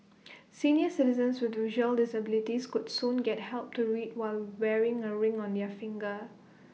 senior citizens with visual disabilities could soon get help to read while wearing A ring on their finger